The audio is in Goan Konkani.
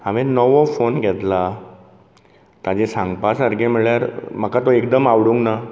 हांवें नवो फोन घेतला ताजें सांगपा सारकें म्हणल्यार म्हाका तो एकदम आवडूंक ना